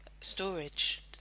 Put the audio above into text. storage